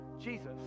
Jesus